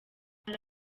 hari